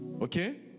Okay